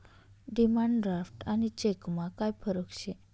demand draft आणि चेकमा काय फरक शे